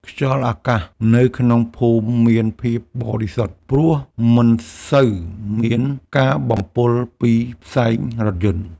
ខ្យល់អាកាសនៅក្នុងភូមិមានភាពបរិសុទ្ធ ព្រោះមិនសូវមានការបំពុលពីផ្សែងរថយន្ដ។